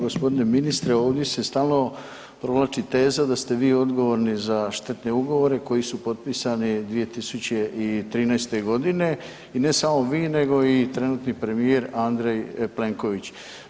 Gospodine ministre ovdje se stalno provlači teza da ste vi odgovorni za štetne ugovore koji su potpisani 2013. godine i ne samo vi nego i trenutni premijer Andrej Plenković.